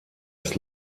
ist